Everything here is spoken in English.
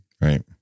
Right